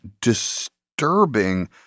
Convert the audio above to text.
disturbing